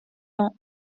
ans